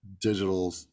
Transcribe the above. digital